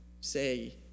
say